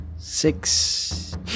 Six